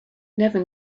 never